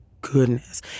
goodness